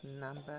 number